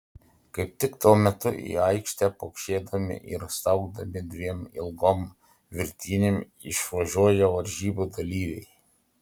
kaip tik tuo metu į aikštę pokšėdami ir staugdami dviem ilgom virtinėm išvažiuoja varžybų dalyviai